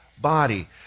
body